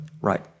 Right